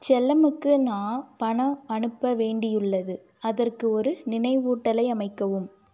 செல்லமுக்கு நான் பணம் அனுப்ப வேண்டியுள்ளது அதற்கு ஒரு நினைவூட்டலை அமைக்கவும்